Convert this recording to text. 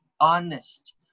honest